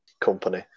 company